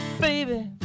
baby